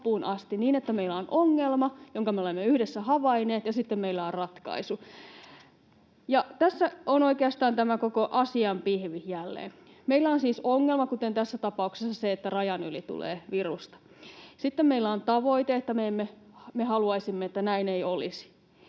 niin, että meillä on ongelma, jonka me olemme yhdessä havainneet, ja sitten meillä on ratkaisu. Tässä on oikeastaan tämä koko asian pihvi jälleen. Meillä on siis ongelma, kuten tässä tapauksessa se, että rajan yli tulee virusta. Sitten meillä on tavoite, että me haluaisimme, että näin ei olisi.